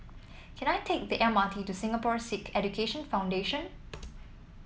can I take the M R T to Singapore Sikh Education Foundation